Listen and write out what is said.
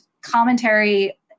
commentary